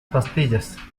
pastillas